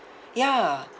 ya